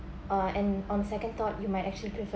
uh and on second thought you might actually